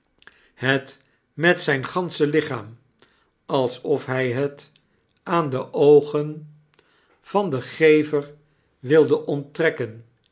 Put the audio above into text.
het met zijn gansche lichaam alsof hij het aan de oogen van den gever wilde onttrekken